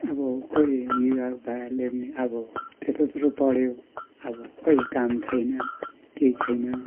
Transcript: अब खोई युवा भाइहरूले पनि अब त्यत्रो त्यत्रो पढ्यो अब खोइ काम छैन केही छैन